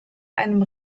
einem